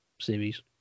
series